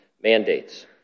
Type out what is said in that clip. mandates